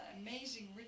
amazing